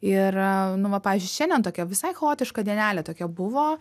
ir nu va pavyzdžiui šiandien tokia visai chaotiška dienelė tokia buvo